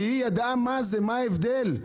שהיא ידעה מה ההבדל,